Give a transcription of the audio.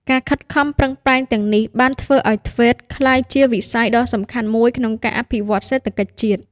ការខិតខំប្រឹងប្រែងទាំងនេះបានធ្វើឱ្យ ធ្វេត TVET ក្លាយជាវិស័យដ៏សំខាន់មួយក្នុងការអភិវឌ្ឍសេដ្ឋកិច្ចជាតិ។